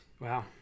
Wow